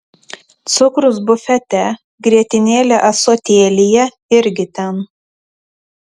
cukrus bufete grietinėlė ąsotėlyje irgi ten